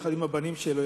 יחד עם הבנים שלו,